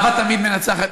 אהבה תמיד מנצחת.